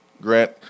Grant